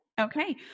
Okay